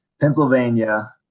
Pennsylvania